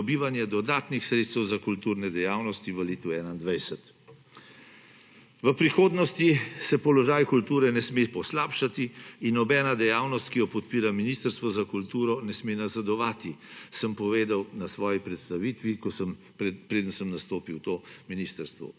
pridobivanje dodatnih sredstev za kulturne dejavnosti v letu 2021. V prihodnosti se položaj kulture ne sme poslabšati in nobena dejavnost, ki jo podpira Ministrstvo za kulturo, ne sme nazadovati, sem povedal na svoji predstavitvi, preden sem nastopil to ministrstvo